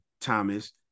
Thomas